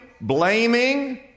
blaming